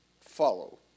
follow